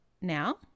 now